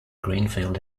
greenfield